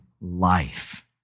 life